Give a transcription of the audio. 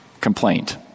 complaint